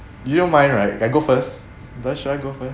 you don't mind right I go first then should I go first